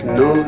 no